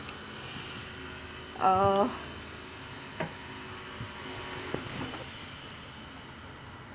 uh